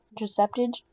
intercepted